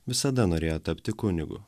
visada norėjo tapti kunigu